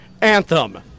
Anthem